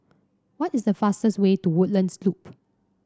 what is the fastest way to Woodlands Loop